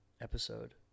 episode